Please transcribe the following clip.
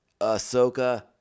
Ahsoka